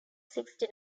sixty